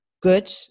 good